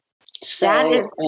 so-